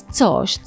coś